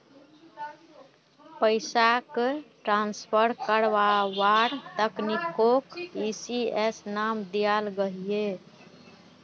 पैसाक ट्रान्सफर कारवार तकनीकोक ई.सी.एस नाम दियाल गहिये